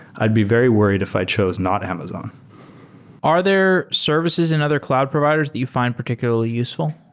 i'd be very worried if i chose not amazon are their services and other cloud providers that you fi nd particularly useful?